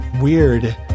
weird